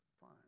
fine